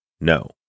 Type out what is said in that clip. No